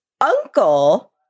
uncle